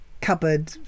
cupboard